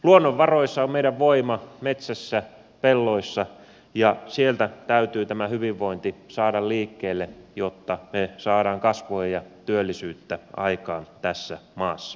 luonnonvaroissa on meidän voima metsässä pelloissa ja sieltä täytyy tämä hyvinvointi saada liikkeelle jotta saadaan kasvua ja työllisyyttä aikaan tässä maassa